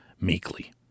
meekly